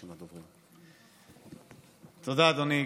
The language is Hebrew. תודה, אדוני.